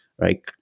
right